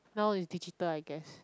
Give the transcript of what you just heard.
now is digital I guess